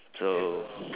so